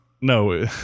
No